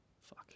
Fuck